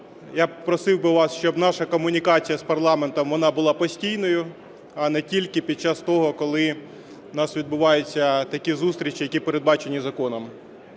Я просив би вас, щоб наша комунікація з парламентом вона була постійною, а не тільки під час того, коли в нас відбуваються такі зустрічі, які передбачені законом.